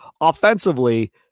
Offensively